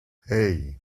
hey